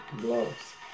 gloves